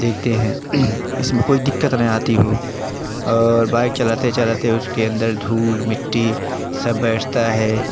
देखते हैं इसमें कोई दिक़्क़त ना आती हो और बाइक चलाते चलाते उसके अंदर धूल मिट्टी सब बैठती है